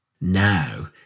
Now